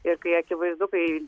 ir kai akivaizdu kai